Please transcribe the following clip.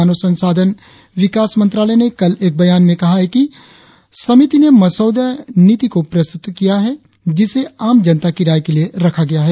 मानव संसाधन विकास मंत्रालय ने कल एक बयान में कहा कि समिति ने मसौदे नीति प्रस्तुत की है जिसे आम जनता की राय के लिए रखा गया है